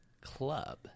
Club